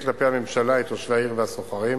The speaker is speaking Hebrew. כלפי הממשלה את תושבי העיר והסוחרים,